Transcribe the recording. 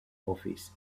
office